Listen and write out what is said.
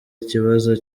ikibazo